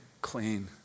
clean